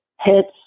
hits